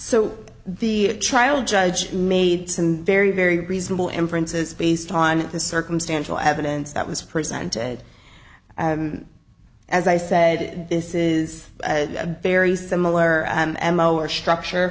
so the trial judge made some very very reasonable inferences based on the circumstantial evidence that was presented as i said this is a very similar m o or structure